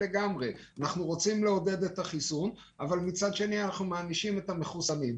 אנחנו רוצים לעודד התחסנות אבל מענישים את המחוסנים.